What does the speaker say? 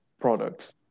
products